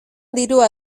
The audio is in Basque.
dirua